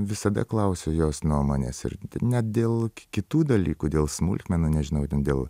visada klausiu jos nuomonės ir net dėl kitų dalykų dėl smulkmenų nežinau ten dėl